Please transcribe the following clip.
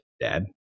Dad